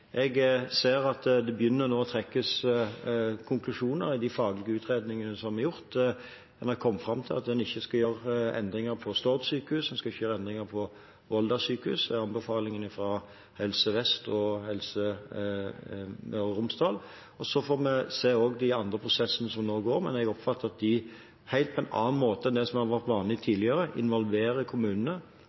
Jeg ser at det nå begynner å trekkes konklusjoner i de faglige utredningene som er gjort. En har kommet fram til at det ikke skal gjøres endringer på Stord sykehus og Volda sykehus. Det er anbefalingene fra Helse Vest og Helse Møre og Romsdal. Så får vi se på de andre prosessene som går nå, men jeg oppfatter at de, på en helt annen måte enn det som har vært vanlig tidligere, involverer kommunene